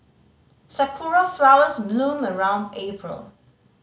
sakura flowers bloom around April